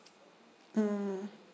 mm